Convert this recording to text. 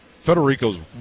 Federico's